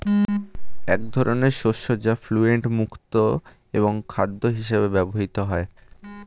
এক ধরনের শস্য যা গ্লুটেন মুক্ত এবং খাদ্য হিসেবে ব্যবহৃত হয়